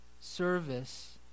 service